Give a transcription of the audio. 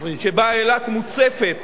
שבה אילת מוצפת